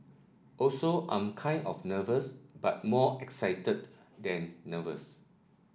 also I'm kind of nervous but more excited than nervous